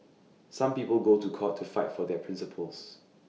some people go to court to fight for their principles